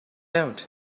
out